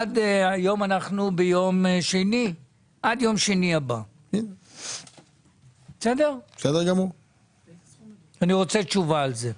עד יום שני הבא אני רוצה תשובה על זה.